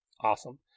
Awesome